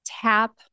tap